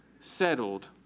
settled